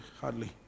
hardly